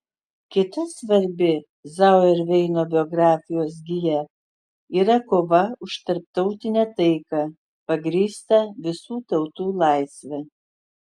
kita svarbi zauerveino biografijos gija yra kova už tarptautinę taiką pagrįstą visų tautų laisve